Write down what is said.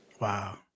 Wow